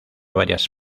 varias